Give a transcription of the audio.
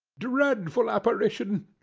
dreadful apparition,